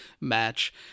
match